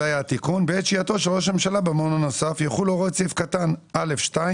בעת שהייתו של ראש הממשלה במעון הנוסף יחולו הוראות סעיף קטן (א2)(2).